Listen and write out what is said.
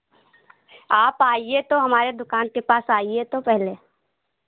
आप आइये तो हमारे दुकान के पास आइये तो पहले